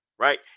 Right